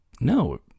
no